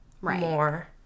more